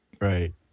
Right